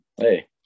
Hey